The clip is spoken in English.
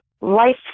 life